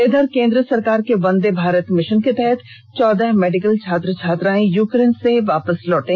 उधर केंद्र सरकार के वंदे भारत मिशन के तहत चौदह मेडिकल छात्र छात्राएं यूक्रेन से वापस लौटे